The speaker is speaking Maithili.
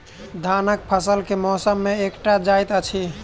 धानक फसल केँ मौसम मे काटल जाइत अछि?